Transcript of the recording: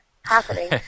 happening